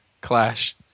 clash